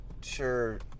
sure